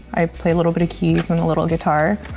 i play a little bit of keys, and a little guitar.